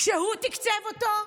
שהוא תקצב אותו?